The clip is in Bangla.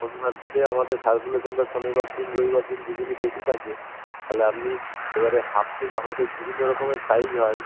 শনিবার দিলে আমাদের সারকুলেশানটা শনিবার দিন রবিবার দিন দুদিনই বেশি থাকে তাহলে আপনি এবারে হাফ পেজ আমাদের বিভিন্ন রকমের সাইজ হয়